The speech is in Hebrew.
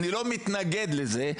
אני לא מתנגד לזה,